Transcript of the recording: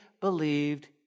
believed